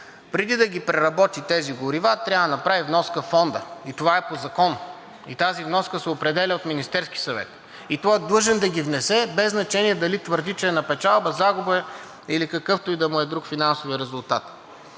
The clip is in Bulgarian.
преди да ги преработи тези горива, трябва да направи вноска във Фонда. И това е по закон, и тази вноска се определя от Министерския съвет, и той е длъжен да ги внесе, без значение дали твърди, че е на печалба, загуба или какъвто и да му е друг финансовият резултат.